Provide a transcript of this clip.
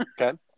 Okay